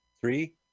Three